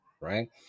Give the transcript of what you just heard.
right